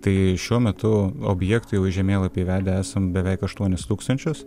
tai šiuo metu objektų jau į žemėlapį įvedę esam beveik aštuonis tūkstančius